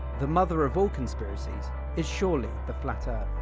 the mother of all conspiracies is surely the flat earth.